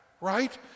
right